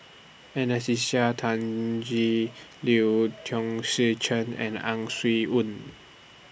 Anastasia Tjendri Liew Chong Tze Chien and Ang Swee Aun